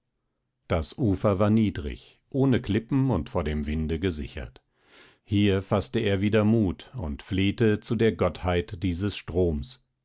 das ufer war niedrig ohne klippen und vor dem winde gesichert hier faßte er wieder mut und flehte zu der gottheit dieses stroms